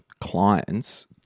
clients